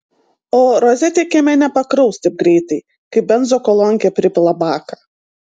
o rozetė kieme nepakraus taip greitai kaip benzokolonkė pripila baką